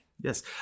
Yes